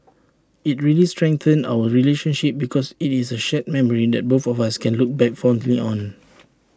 IT really strengthened our relationship because IT is A shared memory that both of us can look back fondly on